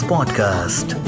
Podcast